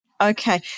Okay